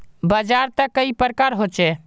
बाजार त कई प्रकार होचे?